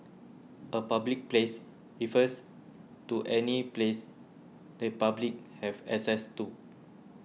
a public place refers to any place the public have access to